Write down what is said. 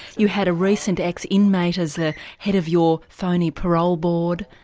you had a recent ex inmate as a head of your phoney parole board.